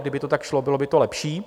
Kdyby to tak šlo, bylo by to lepší.